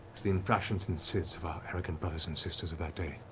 the infractions and sins of our arrogant brothers and sisters of that day.